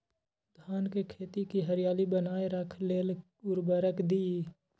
धान के खेती की हरियाली बनाय रख लेल उवर्रक दी?